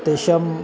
तेषां